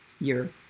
year